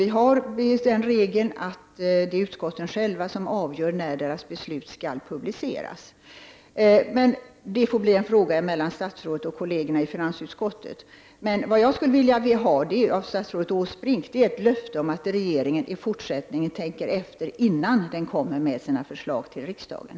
Vi har den regeln att utskotten själva avgör när deras beslut skall publiceras. Men det får bli en sak mellan statsrådet och kollegerna i finansutskottet. Vad jag skulle vilja ha av statsrådet Åsbrink är ett löfte om att regeringen i fortsättningen tänker efter innan den kommer med sina förslag till riksdagen.